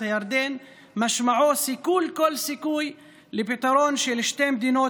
הירדן משמעו סיכול כל סיכוי לפתרון של שתי מדינות,